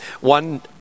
one